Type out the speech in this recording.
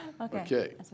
Okay